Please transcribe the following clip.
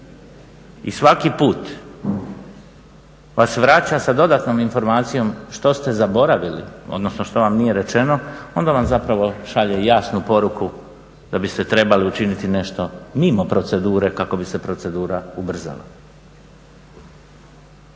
i svaki put vas vraća sa dodatnom informacijom što ste zaboravili, odnosno što vam nije rečeno onda vam zapravo šalje jasnu poruku da biste trebali učiniti nešto mimo procedure kako bi se procedura ubrzala.